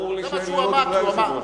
ברור לי שאלה לא דברי היושב-ראש.